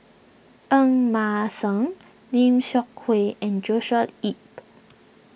Ng Mah Seng Lim Seok Hui and Joshua Ip